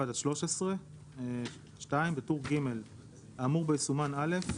עד 13"; (2) בטור ג'- (א) האמור בו יסומן "(א)",